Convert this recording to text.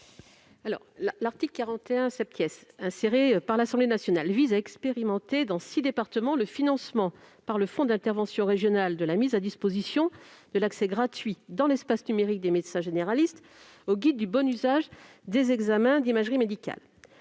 article, inséré par l'Assemblée nationale, vise à expérimenter dans six départements le financement par le fonds d'intervention régional de la mise à disposition de l'accès gratuit, dans l'espace numérique des médecins généralistes, au guide du bon usage des examens d'imagerie médicale.